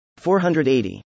480